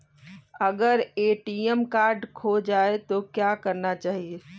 अगर ATM card खो जाए तो क्या करना चाहिए?